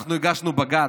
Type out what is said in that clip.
אנחנו הגשנו בג"ץ,